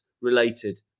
related